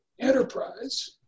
enterprise